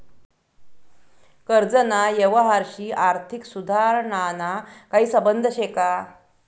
कर्जना यवहारशी आर्थिक सुधारणाना काही संबंध शे का?